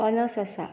अनस आसा